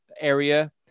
area